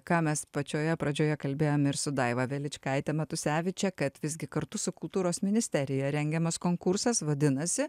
ką mes pačioje pradžioje kalbėjom ir su daiva veličkaite matuseviče kad visgi kartu su kultūros ministerija rengiamas konkursas vadinasi